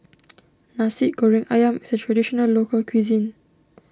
Nasi Goreng Ayam is a Traditional Local Cuisine